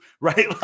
right